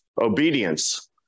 obedience